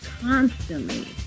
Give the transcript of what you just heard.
constantly